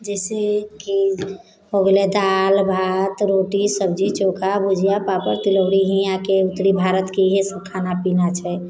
जैसे कि हो गेलै दालि भात रोटी सब्जी चोखा भुजिआ पापड़ तिलौरी हियाँके उत्तरी भारतके ईहे सब खाना पीना छै